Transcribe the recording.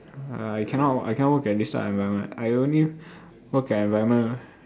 ya I cannot I cannot work at this type of environment I only work at environment